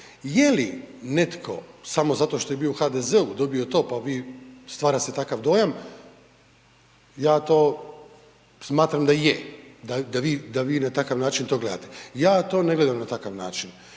Je li netko samo zato što je bio u HDZ-u, dobio to, pa vi, stvara se takav dojam, ja to smatram da je, da vi na takav način to gledate. Ja to ne gledam na takav način,